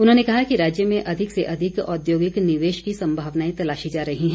उन्होंने कहा कि राज्य में अधिक से अधिक औद्योगिक निवेश की संभावनाए तलाशी जा रही है